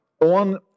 on